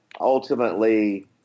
ultimately